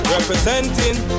Representing